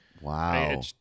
Wow